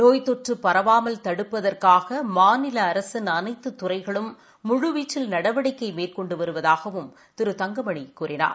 நோய் தொற்றுபரவாமல் தடுப்பதற்காகமாநிலஅரசின் அனைத்துதுறைகளும் முழுவீச்சில் நடவடிக்கைமேற்கொண்டுவருவதாகவும் திரு தங்கமணிகூறினார்